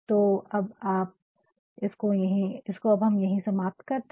तो अब इसको यही समाप्त करते है